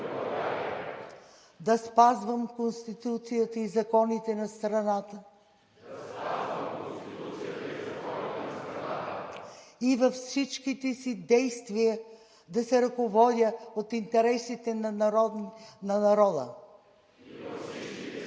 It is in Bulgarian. да спазвам Конституцията и законите на страната и във всичките си действия да се ръководя от интересите на народа. Заклех се!“